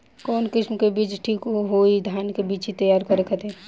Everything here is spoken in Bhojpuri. कवन किस्म के बीज ठीक होई धान के बिछी तैयार करे खातिर?